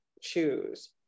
choose